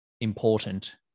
important